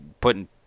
putting